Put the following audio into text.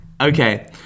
Okay